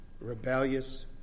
rebellious